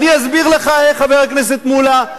אני אסביר לך איך, חבר הכנסת מולה.